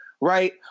right